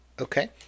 Okay